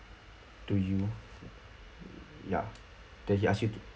to you ya then he ask you to